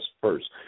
first